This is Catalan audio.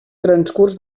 transcurs